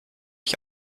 ich